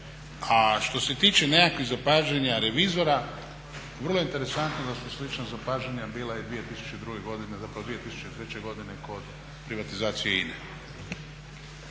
A što se tiče nekakvih zapažanja revizora, vrlo interesantno da su slična zapažanja bila i 2002., zapravo 2003. godine kod privatizacije INA-e.